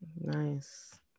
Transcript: Nice